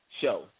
show